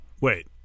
Wait